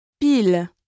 Pile